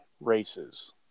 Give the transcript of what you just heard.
races